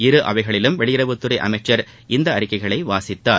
இருஅவைகளிலும் வெளியுறவுத்துறை அமைச்சர் இந்த அறிக்கைகளை வாசித்தார்